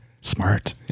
smart